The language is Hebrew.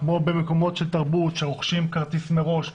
כמו במקומות של תרבות כשרוכשים כרטיס מראש.